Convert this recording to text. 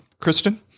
Kristen